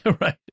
Right